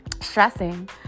stressing